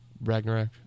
Ragnarok